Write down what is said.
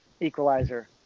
equalizer